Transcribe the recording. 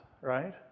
right